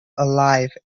alive